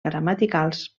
gramaticals